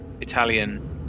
Italian